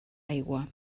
aigua